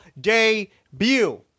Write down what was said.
debut